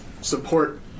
support